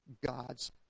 God's